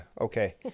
Okay